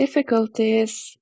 Difficulties